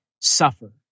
suffer